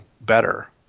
better